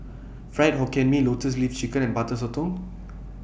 Fried Hokkien Mee Lotus Leaf Chicken and Butter Sotong